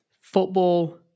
Football